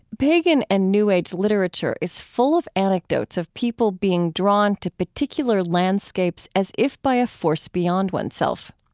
pagan and new age literature is full of anecdotes of people being drawn to particular landscapes as if by a force beyond oneself.